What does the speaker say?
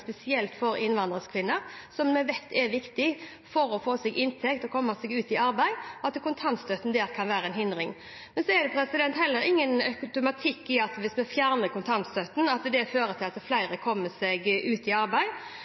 spesielt for innvandrerkvinner, for vi vet at det er viktig at de får seg inntekt og kommer seg ut i arbeid, og at kontantstøtten kan være en hindring for det. Det er heller ingen automatikk i at det å fjerne kontantstøtten fører til at flere kommer seg ut i arbeid,